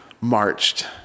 marched